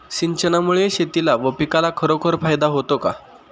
सिंचनामुळे शेतीला व पिकाला खरोखर फायदा होतो का?